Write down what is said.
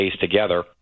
together